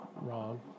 wrong